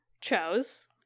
chose